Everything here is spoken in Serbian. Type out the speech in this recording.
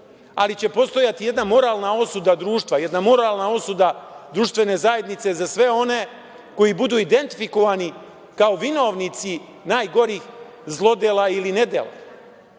ali će postojati jedna moralna osuda društva, jedna moralna osuda društvene zajednice za sve one koji budu identifikovani kao vinovnici najgorih zlodela ili nedela